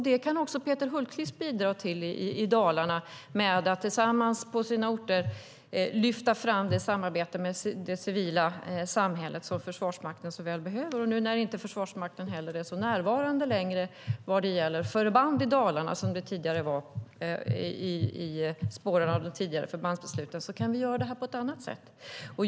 Det kan också Peter Hultqvist bidra till i Dalarna genom att man tillsammans i dessa orter lyfter fram det samarbete med det civila samhället som Försvarsmakten så väl behöver. Nu när Försvarsmakten inte heller är så närvarande vad gäller förband i Dalarna som man var i spåren av de tidigare förbandsbesluten kan vi göra det här på ett annat sätt.